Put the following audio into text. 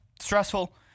stressful